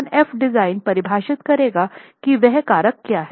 तो F s Fdesign परिभाषित करेगा कि वह कारक क्या है